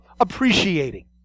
appreciating